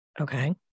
Okay